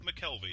McKelvey